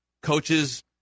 coaches